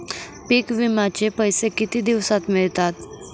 पीक विम्याचे पैसे किती दिवसात मिळतात?